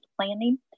planning